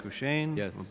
Yes